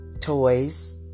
toys